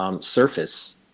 surface